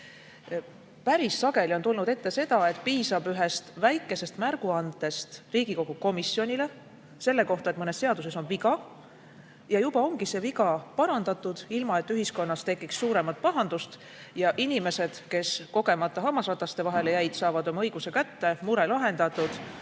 Päris sageli on tulnud ette, et piisab ühest väikesest märguandest Riigikogu komisjonile selle kohta, et mõnes seaduses on viga, ja juba ongi see parandatud, ilma et ühiskonnas tekiks suuremat pahandust, ja inimesed, kes kogemata hammasrataste vahele jäid, saavad oma õiguse kätte, mure lahendatud,